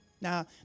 Now